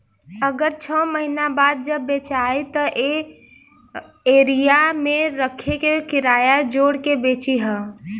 अगर छौ महीना बाद जब बेचायी त ए एरिया मे रखे के किराया जोड़ के बेची ह